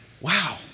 wow